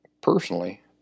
personally